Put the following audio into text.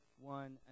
one